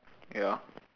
ya